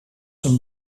een